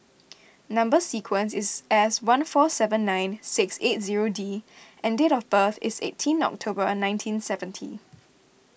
Number Sequence is S one four seven nine six eight zero D and date of birth is eighteen October nineteen seventy